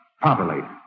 properly